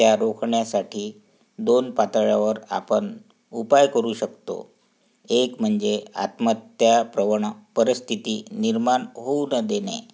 त्या रोखण्यासाठी दोन पातळ्यावर आपण उपाय करू शकतो एक म्हणजे आत्महत्त्या प्रवण परिस्थिती निर्माण होऊ न देणे